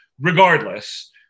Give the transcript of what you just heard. regardless